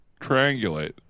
triangulate